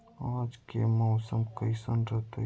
आज के मौसम कैसन रहताई?